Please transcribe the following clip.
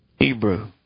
Hebrew